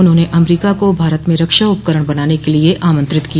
उन्होंने अमरीका को भारत में रक्षा उपकरण बनाने के लिए आमंत्रित किया